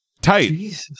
Tight